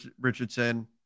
Richardson